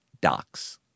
docs